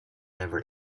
never